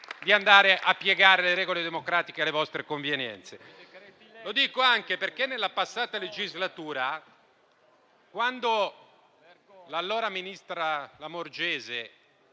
di andare a piegare le regole democratiche alle vostre convenienze? Lo dico anche perché nella passata legislatura, quando l'allora ministra Lamorgese